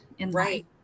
Right